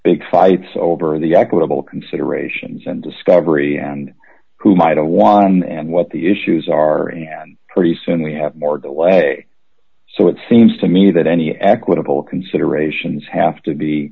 big fights over the equitable considerations and discovery and whom i don't want and what the issues are and pretty soon we have more delay so it seems to me that any equitable considerations have to be